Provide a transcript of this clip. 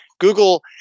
Google